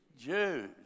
Jews